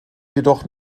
jedoch